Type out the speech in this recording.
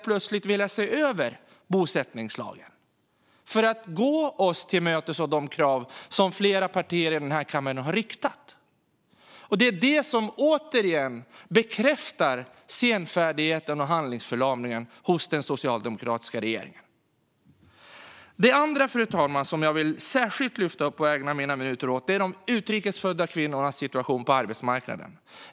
Plötsligt ville man se över bosättningslagen för att tillmötesgå oss och de krav som flera partier i den här kammaren har riktat. Detta bekräftar återigen senfärdigheten och handlingsförlamningen hos den socialdemokratiska regeringen. En annan sak som jag särskilt vill ta upp är de utrikesfödda kvinnornas situation på arbetsmarknaden.